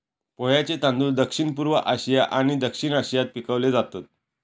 पोह्यांचे तांदूळ दक्षिणपूर्व आशिया आणि दक्षिण आशियात पिकवले जातत